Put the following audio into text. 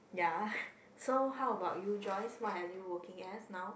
ya so how about you Joyce what have you working as now